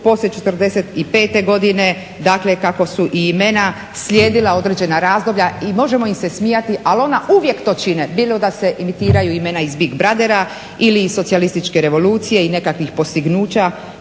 poslije '45. godine kako su imena slijedila određena razdoblje i možemo im se smijati ali ona uvijek to čine bilo da se imitiraju imena ih Big Brother ili iz socijalističke revolucije ili nekakvih postignuća,